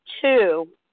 two